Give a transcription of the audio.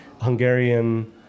Hungarian